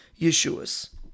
Yeshua's